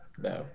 No